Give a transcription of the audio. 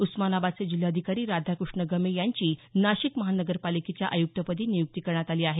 उस्मानाबादचे जिल्हाधिकारी राधाकृष्ण गमे यांची नाशिक महानगरपालिकेच्या आयुक्तपदी नियुक्ती करण्यात आली आहे